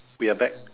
we are back